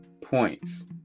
points